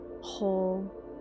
whole